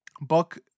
book